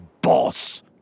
boss